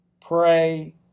pray